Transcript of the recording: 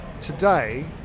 Today